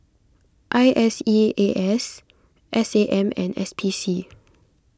I S E A S S A M and S P C